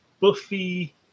Buffy